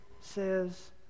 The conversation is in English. says